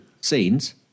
scenes